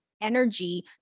energy